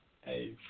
Hey